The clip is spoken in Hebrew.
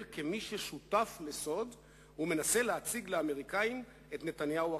כמי ששותף לסוד ומנסה להציג לאמריקאים את נתניהו החדש.